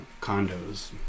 condos